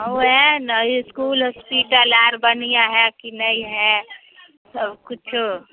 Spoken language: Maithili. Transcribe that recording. हँ वएह ने इसकुल हॉस्पिटल आओर बढ़िआँ हइ कि नहि हइ सबकिछु